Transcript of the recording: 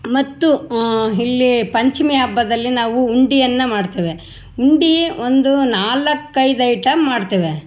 ಮತ್ತು ಇಲ್ಲಿ ಪಂಚಮಿ ಹಬ್ಬದಲ್ಲಿ ನಾವು ಉಂಡೆಯನ್ನ ಮಾಡ್ತೇವೆ ಉಂಡೆ ಒಂದು ನಾಲ್ಕು ಐದು ಐಟಂ ಮಾಡ್ತೇವೆ